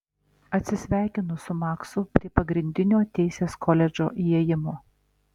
atsisveikinu su maksu prie pagrindinio teisės koledžo įėjimo